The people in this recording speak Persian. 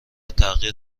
تغییر